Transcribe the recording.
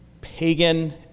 pagan